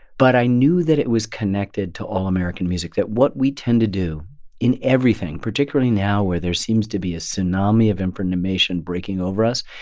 but i knew that it was connected to all american music, that what we tend to do in everything, particularly now, where there seems to be a tsunami of information breaking over us,